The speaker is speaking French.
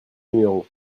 numéro